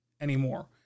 anymore